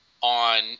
on